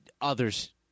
others